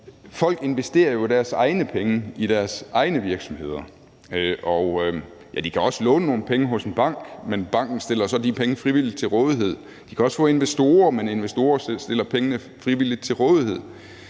jo investerer deres egne penge i deres egne virksomheder. Og ja, de kan også låne nogle penge hos en bank, men banken stiller så de penge frivilligt til rådighed. Man kan også få investorer, men investorer stiller pengene frivilligt til rådighed.